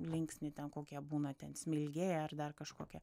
linksnį ten kokia būna ten smilgė ar dar kažkokia